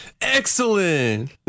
excellent